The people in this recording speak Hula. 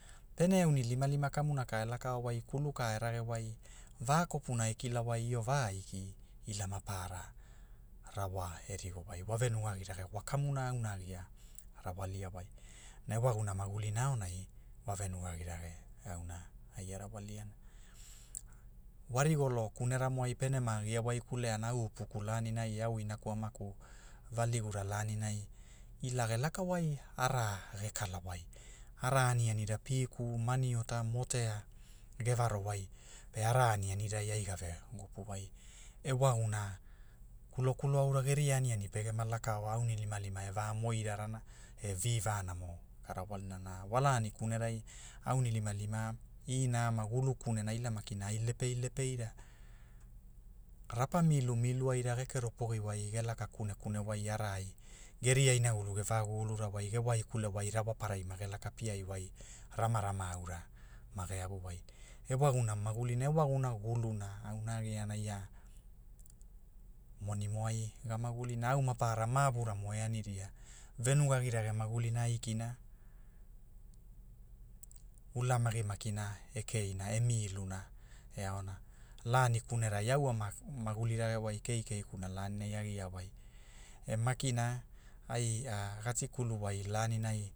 Pene aunilima kamuna ka e lakao wai kulu ka e rage wai, va kopuna e kila wai io vaiki, ila mapaara, rawa e rigo wai wa ve nugagirage wa kamuna agia, a rawalia wai, na ewagumuna magulina aonai, wa venugagirage, auna ai a rawali ana, wa rigolo kunera mo ai pene maa gia waikule ana au upuku laninai e au maku amaku, valigura laninai, ila ge laka wai, araa ge kala wai, araa anianira piku, maniota, mote a, ge varo wai, pe araa anianirai ai geva, gupu wai. E wagumuna, kulo kulo aura geria aniani pege ma lakaoa aunilimalima e va moirararana, e vi vanamo, ga rawalna- na walani kunenai, aunilimalima, ina ama gulu kunena ila maki ai lepei lepeira, rapa milu milu- aira ge kero pogi. wai ge laka kune kune wai araai, geria inagulu ge va gugulura wai ge waikule wai rawaparai mage laka piai wai, ramarama aura, mage avu wai, e wagumuna magulina e wagumuna guluna auna a giana ia, moni mo ai, ga magulina au maparara mavura mo e aniria, venugagirage magulina aikina, ulamagi makina, e keina e miluna, a aona lani kunerai au ama maguli rage wai keikei kuna lanina a gia wai e makina, ai a ga tikuli wai lanina